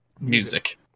Music